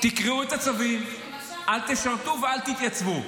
תקרעו את הצווים, אל תשרתו ואל תתייצבו.